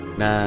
na